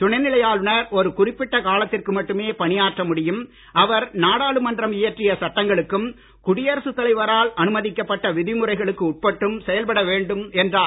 துணை நிலை ஆளுநர் ஒரு குறிப்பிட்ட காலத்திற்கு மட்டுமே பணியாற்ற முடியும் அவர் நாடாளுமன்றம் இயற்றிய சட்டங்களுக்கும் குடியரசு தலைவரால் அனுமதிக்கப்பட்ட விதிமுறைகளுக்கு உட்பட்டும் செயல்பட வேண்டும் என்றார்